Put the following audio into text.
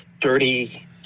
dirty